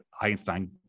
Einstein